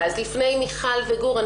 לפני מיכל וגור,